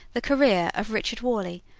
the career of richard worley,